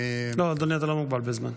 לא, אדוני, אתה לא מוגבל בזמן.